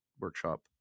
workshop